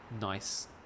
nice